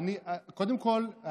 קודם כול,